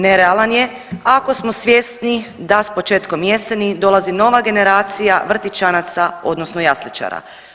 Nerealan je, ako smo svjesni da s početkom jeseni dolazi nova generacija vrtićanaca odnosno jasličara.